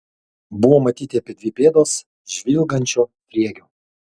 buvo matyti apie dvi pėdos žvilgančio sriegio